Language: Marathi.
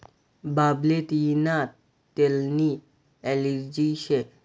बाबाले तियीना तेलनी ॲलर्जी शे